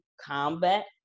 COMBAT